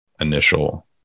initial